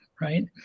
right